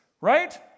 right